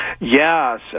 Yes